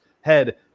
head